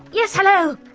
yes! hello!